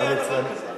אני חבר כנסת.